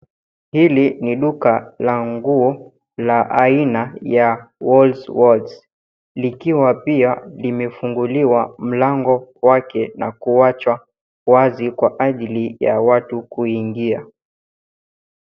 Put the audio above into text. Hili ni duka la nguo la aina ya, Woolworths, likiwa pia limefunguliwa mlango wake na kuwachwa wazi kwa ajili ya watu kuingia.